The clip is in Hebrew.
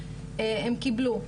הם קיבלו,